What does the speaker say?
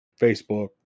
Facebook